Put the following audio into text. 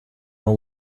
more